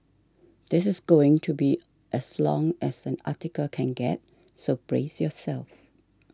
this is going to be as long as an article can get so brace yourself